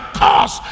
cost